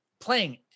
playing